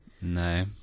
No